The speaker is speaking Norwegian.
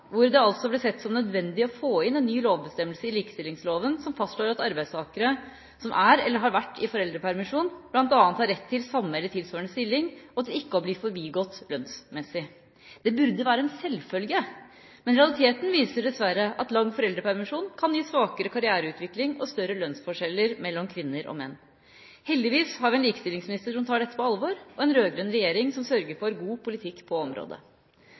hvor det ble sett på som nødvendig å få inn en ny lovbestemmelse i likestillingsloven, som fastslår at arbeidstakere som er eller har vært i foreldrepermisjon, bl.a. har rett til samme eller tilsvarende stilling og til ikke å bli forbigått lønnsmessig. Det burde være en selvfølge, men realiteten viser dessverre at lang foreldrepermisjon kan gi svakere karriereutvikling og større lønnsforskjeller mellom kvinner og menn. Heldigvis har vi en likestillingsminister som tar dette på alvor og en rød-grønn regjering som sørger for god politikk på området.